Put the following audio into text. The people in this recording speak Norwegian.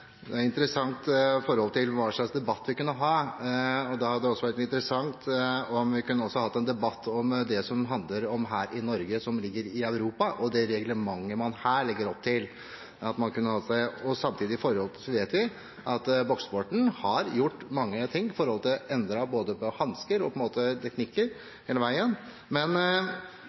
en nokså interessant debatt. Problemet er at i proffboksing er slag mot hodet sjølve formålet med idretten. Det er interessant hva slags debatt vi kunne hatt, og det hadde også vært interessant om vi kunne hatt en debatt om det som handler om Norge, som ligger i Europa, og det reglementet man legger opp til her. Samtidig vet vi at boksesporten har gjort mange ting; f.eks. har man endret både hansker og teknikker.